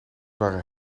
waren